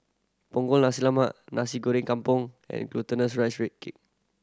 Punggol Nasi Lemak Nasi Goreng Kampung and glutinous rice cake